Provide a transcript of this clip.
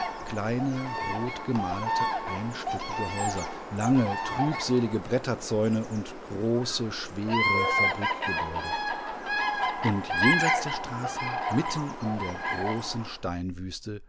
kleine rotgemalte einstöckige häuser lange trübselige bretterzäune und große schwere fabrikgebäude und jenseits der straßen mittenindergroßensteinwüste liegtdiegrubevonfalunmitgrubenwinde und kränen